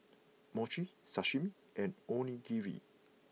Mochi Sashimi and Onigiri